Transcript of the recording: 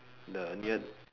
the near